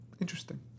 Interesting